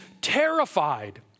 terrified